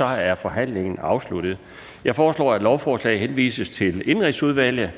er forhandlingen sluttet. Jeg foreslår, at lovforslaget henvises til Indenrigsudvalget.